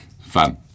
Fun